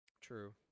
True